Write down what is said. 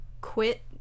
quit